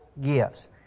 gifts